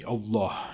Allah